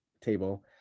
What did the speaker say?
table